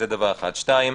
דבר שני,